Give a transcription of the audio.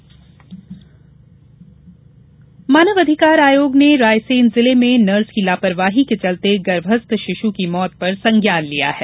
मानव अधिकार आयोग मानव अधिकार आयोग ने रायसेन जिले में नर्स की लापरवाही के चलते गर्भस्थ शिश् की मौत पर संज्ञान लिया है